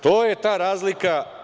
To je ta razlika.